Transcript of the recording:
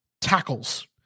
tackles